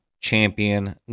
champion